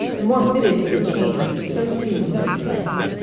and more fitted for the change which was so soon to take place.